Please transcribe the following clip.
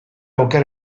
oker